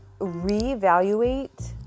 reevaluate